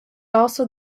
also